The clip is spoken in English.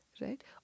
right